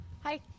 Hi